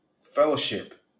fellowship